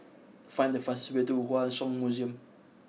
find the fastest way to Hua Song Museum